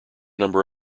number